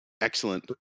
Excellent